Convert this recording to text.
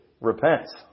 repents